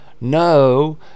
No